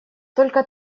только